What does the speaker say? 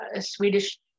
Swedish